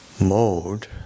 mode